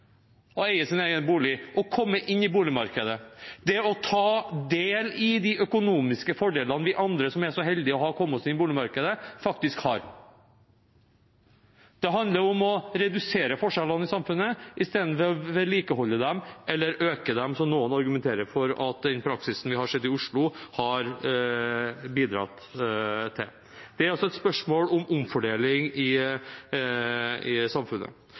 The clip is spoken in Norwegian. eie sin egen bolig, med å komme inn i boligmarkedet og ta del i de økonomiske fordelene vi som er så heldige å ha kommet oss inn på boligmarkedet, faktisk har. Det handler om å redusere forskjellene i samfunnet istedenfor å vedlikeholde dem eller øke dem, som noen argumenterer for at den praksisen vi har sett i Oslo, har bidratt til. Det er altså et spørsmål om omfordeling i samfunnet.